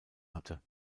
hatte